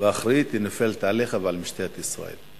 באחריות נופל עליך ועל משטרת ישראל.